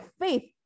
faith